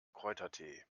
kräutertee